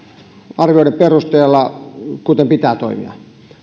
arvioiden perusteella kuten pitää toimia